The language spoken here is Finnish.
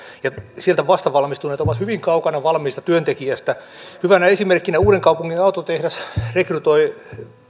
ja sieltä vastavalmistuneet ovat hyvin kaukana valmiista työntekijästä hyvänä esimerkkinä uudenkaupungin autotehdas rekrytoi